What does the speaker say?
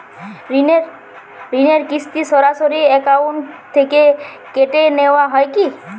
ঋণের কিস্তি সরাসরি অ্যাকাউন্ট থেকে কেটে নেওয়া হয় কি?